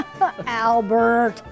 Albert